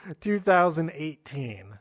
2018